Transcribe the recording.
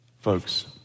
Folks